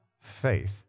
faith